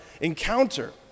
encounter